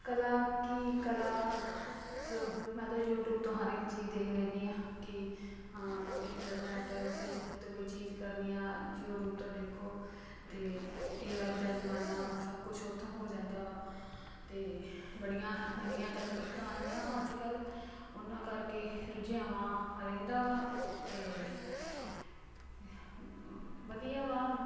ਕਲਾ ਕੀ ਕਲਾ ਮਤਲਬ ਮੈਂ ਤਾਂ ਯੂਟੀਊਬ ਤੋਂ ਹਰ ਇੱਕ ਚੀਜ਼ ਦੇਖ ਲੈਂਦੀ ਹਾਂ ਕਿ ਹਾਂ ਇੰਟਰਨੈਟ ਫੇਸਬੁਕ 'ਤੇ ਕੋਈ ਚੀਜ਼ ਕਰਨੀ ਆ ਯੂਟਿਊਬ ਤੋਂ ਦੇਖੋ ਅਤੇ ਏ ਆਈ ਦਾ ਜ਼ਮਾਨਾ ਵਾ ਸਭ ਕੁਛ ਉੱਥੋਂ ਹੋ ਜਾਂਦਾ ਵਾ ਅਤੇ ਬੜੀਆਂ ਨਵੀਆਂ ਤਕਨੀਕਾਂ ਆਈਆਂ ਵਾ ਅੱਜ ਕੱਲ੍ਹ ਉਹਨਾਂ ਕਰਕੇ ਰੁਝੇਵਾਂ ਰਹਿੰਦਾ ਵਾ ਅਤੇ ਵਧੀਆ ਵਾ